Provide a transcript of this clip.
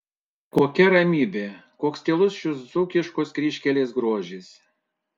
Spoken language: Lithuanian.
kokia ramybė koks tylus šios dzūkiškos kryžkelės grožis